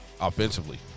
offensively